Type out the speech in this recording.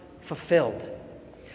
fulfilled